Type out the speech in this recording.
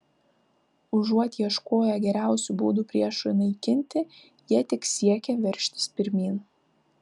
užuot ieškoję geriausių būdų priešui naikinti jie tik siekė veržtis pirmyn